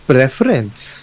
Preference